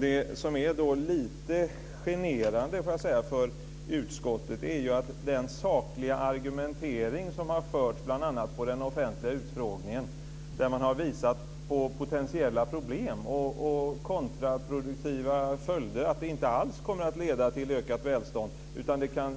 Det som är lite generande för utskottet är att efter den sakliga argumenteringen, bl.a. på den offentliga utfrågningen, där man har visat på potentiella problem och kontraproduktiva följder, att det inte alls kommer att leda till ökat välstånd utan det kan